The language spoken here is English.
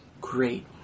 Great